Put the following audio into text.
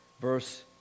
Verse